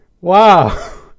wow